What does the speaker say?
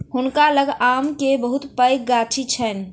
हुनका लग आम के बहुत पैघ गाछी छैन